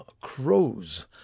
crows